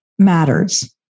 Matters